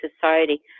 society